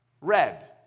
red